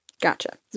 Gotcha